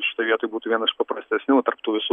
šitoj vietoj būtų viena iš paprastesnių tarp tų visų